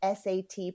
sat